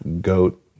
goat